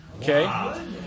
Okay